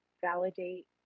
validate